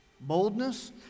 boldness